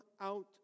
out